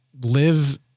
live